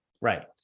Right